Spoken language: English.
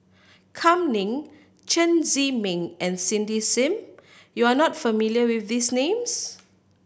Kam Ning Chen Zhiming and Cindy Sim you are not familiar with these names